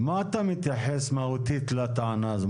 מה אתה מתייחס מהותית לטענה הזאת?